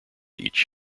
each